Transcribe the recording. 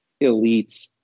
elites